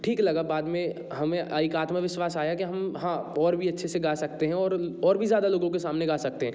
ठीक लगा बाद में हमें एक आत्मा विश्वास आया कि हम और भी अच्छे से गा सकते हैं और और भी ज़्यादा लोगों के सामने कर सकते हैं